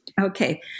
Okay